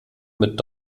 mit